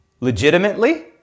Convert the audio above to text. Legitimately